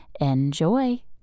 Enjoy